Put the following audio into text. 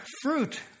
fruit